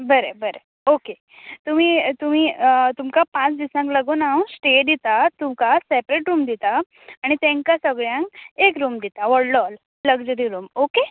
बरें बरें ओके तुमी तुमी अ तुमकां पांच दिसांक लागून हांव स्टे दिता तुका सॅपरॅट रूम दितां आनी तेंकां सगळ्यांक एक रूम दिता व्हडलो लगझरी रूम ओके